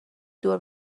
دور